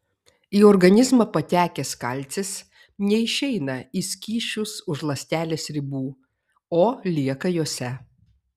į organizmą patekęs kalcis neišeina į skysčius už ląstelės ribų o lieka jose